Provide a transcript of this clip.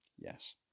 yes